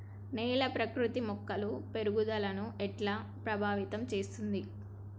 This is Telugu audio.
నేల ఆకృతి మొక్కల పెరుగుదలను ఎట్లా ప్రభావితం చేస్తది?